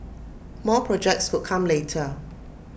more projects could come later